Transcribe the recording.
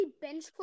bench